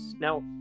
now